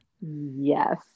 yes